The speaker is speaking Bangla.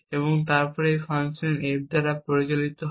এবং তারপর এটি এই ফাংশন F দ্বারা পরিচালিত হয়